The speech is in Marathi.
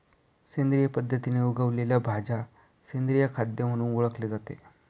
सेंद्रिय पद्धतीने उगवलेल्या भाज्या सेंद्रिय खाद्य म्हणून ओळखले जाते